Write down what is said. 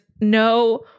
no